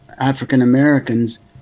African-Americans